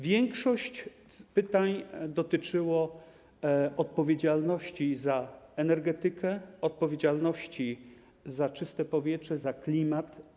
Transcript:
Większość pytań dotyczyła odpowiedzialności za energetykę, odpowiedzialności za czyste powietrze, za klimat.